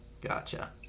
gotcha